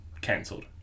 cancelled